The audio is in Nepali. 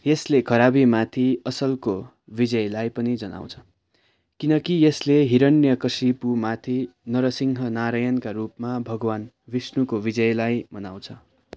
यसले खराबिमाथि असलको विजयलाई पनि जनाउँछ किनकि यसले हिरण्यकशिपुमाथि नरसिंह नारायणका रूपमा भगवान विष्णुको विजयलाई मनाउँछ